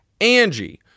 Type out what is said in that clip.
Angie